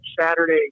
Saturday